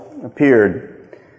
Appeared